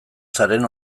zaren